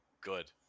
good